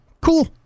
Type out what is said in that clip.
Cool